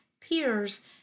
peers